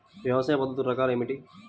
వ్యవసాయ పద్ధతులు రకాలు ఏమిటి?